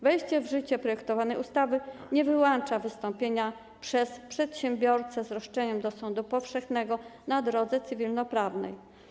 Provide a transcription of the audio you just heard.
Wejście w życie projektowanej ustawy nie wyłącza wystąpienia przez przedsiębiorcę z roszczeniem do sądu powszechnego na drodze cywilnoprawnej.